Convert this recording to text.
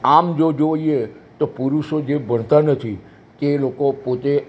આમ જો જોઈએ તો પુરુષો જે ભણતા નથી કે લોકો પોતે